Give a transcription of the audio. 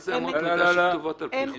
מה זה אמות מידה שכתובות על פי חוק?